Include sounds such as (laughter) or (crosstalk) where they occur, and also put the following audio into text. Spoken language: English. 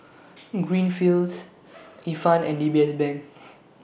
(noise) Greenfields Ifan and D B S Bank